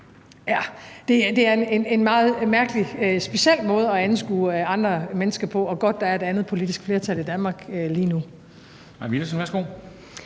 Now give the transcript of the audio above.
liv. Det er en meget mærkelig og speciel måde at anskue andre mennesker på – og godt, at der er et andet politisk flertal i Danmark lige nu.